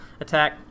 attack